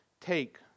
Take